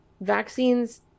vaccines